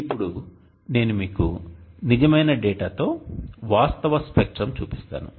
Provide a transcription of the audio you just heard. ఇప్పుడు నేను మీకు నిజమైన డేటాతో వాస్తవ స్పెక్ట్రం చూపిస్తాను